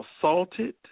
assaulted